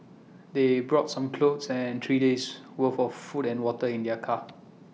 they brought some clothes and three days' worth of food and water in their car